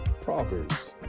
Proverbs